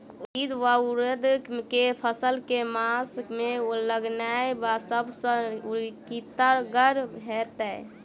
उड़ीद वा उड़द केँ फसल केँ मास मे लगेनाय सब सऽ उकीतगर हेतै?